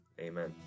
amen